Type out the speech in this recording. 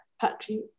Patrick